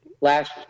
last